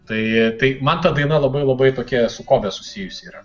tai taip man ta daina labai labai tokia su kobe susijusi yra